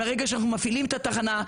מהרגע שאנחנו מפעילים את התחנה,